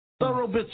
Thorough